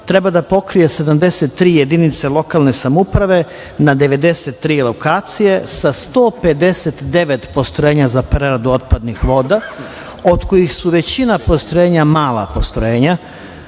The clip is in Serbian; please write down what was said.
treba da pokrije 73 jedinice lokalne samouprave na 93 lokacije sa 159 postrojenja za preradu otpadnih voda, od kojih su većina postrojenja mala postrojenja,